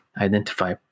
identify